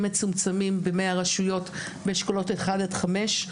מצומצמים ומהרשויות באשכולות אחד עד חמש,